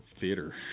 theater